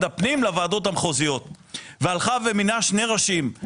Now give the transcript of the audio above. הפנים לוועדות המחוזיות והלכה ומינתה שני ראשים.